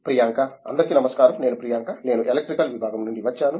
ప్రియాంక అందరికీ నమస్కారం నేను ప్రియాంక నేను ఎలక్ట్రికల్ విభాగం నుండి వచ్చాను